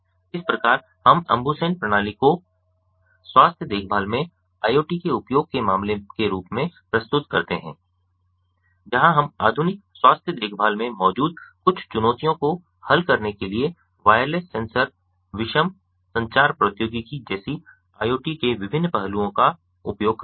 इस प्रकार हम अम्बुसेन प्रणाली को स्वास्थ्य देखभाल में IoT के उपयोग के मामले के रूप में प्रस्तुत करते हैं जहां हम आधुनिक स्वास्थ्य देखभाल में मौजूद कुछ चुनौतियों को हल करने के लिए वायरलेस सेंसर विषम संचार प्रौद्योगिकी जैसी IOT के विभिन्न पहलुओं का उपयोग करते हैं